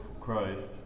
Christ